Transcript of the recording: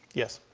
yes.